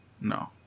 No